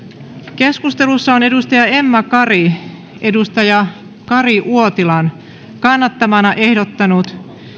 keskustelussa emma kari on kari uotilan kannattamana ehdottanut